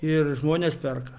ir žmonės perka